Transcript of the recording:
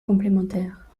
complémentaire